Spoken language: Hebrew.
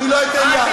אני לא אתן יד.